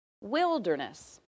wilderness